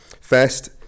First